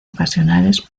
ocasionales